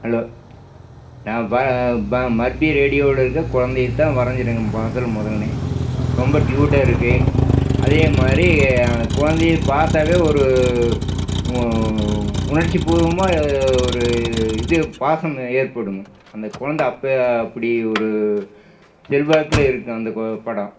hello நான் மர்ட்டி ரேடியோவில் இருக்க குழந்தையத்தான் வரைஞ்சிருக்கேன் முதல் முதலனே ரொம்ப கியூட்டாக இருக்குது அதே மாதிரி அந்த குழந்தைய பார்த்தாவே ஒரு உணர்ச்சிப்பூர்வமாக ஒரு இது பாசம் ஏற்படும் அந்த குழந்த அப்போ அப்படி ஒரு செல்வாக்கில் இருக்கும் அந்த கொ படம்